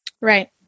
Right